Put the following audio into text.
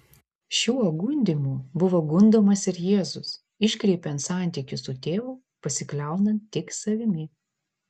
šiuo gundymu buvo gundomas ir jėzus iškreipiant santykį su tėvu pasikliaunant tik savimi